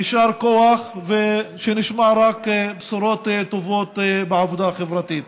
יישר כוח, ושנשמע רק בשורות טובות בעבודה החברתית.